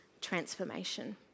transformation